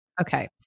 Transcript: okay